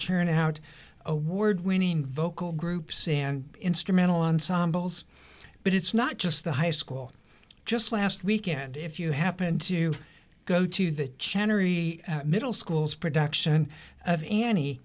churn out award winning vocal groups and instrumental ensembles but it's not just the high school just last weekend if you happen to go to the channel middle schools production of an